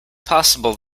possible